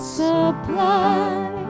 supply